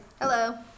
hello